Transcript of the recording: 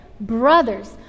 brothers